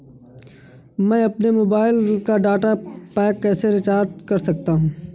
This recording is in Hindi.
मैं अपने मोबाइल का डाटा पैक कैसे रीचार्ज कर सकता हूँ?